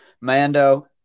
Mando